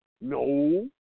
No